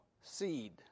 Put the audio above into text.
seed